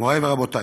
מורי ורבותי,